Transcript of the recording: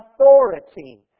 authority